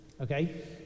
okay